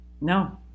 No